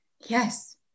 Yes